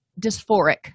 dysphoric